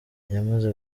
yamaze